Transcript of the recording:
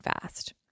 fast